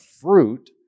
fruit